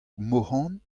mohan